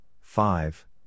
five